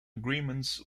agreements